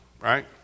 Right